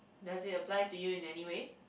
does it apply to you in any way